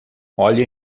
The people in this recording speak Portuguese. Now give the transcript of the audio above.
olhe